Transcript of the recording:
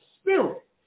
spirit